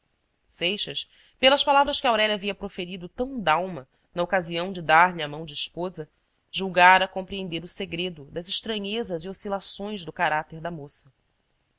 seixas pelas palavras que aurélia havia proferido tão dalma na ocasião de dar-lhe a mão de esposa julgara compreender o segredo das estranhezas e oscilações do caráter da moça